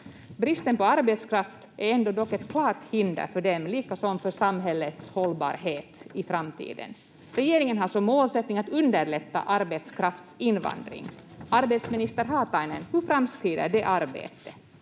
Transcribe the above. Bristen på arbetskraft är dock ändå ett klart hinder för dem, lika som för samhällets hållbarhet i framtiden. Regeringen har som målsättning att underlätta arbetskraftsinvandring. Arbetsminister Haatainen, hur framskrider det arbetet?